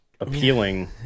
appealing